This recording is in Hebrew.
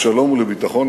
לשלום ולביטחון,